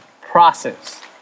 process